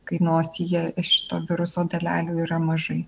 kai nosyje šito viruso dalelių yra mažai